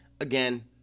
again